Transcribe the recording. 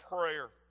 prayer